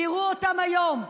תראו אותם היום,